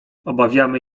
obawiamy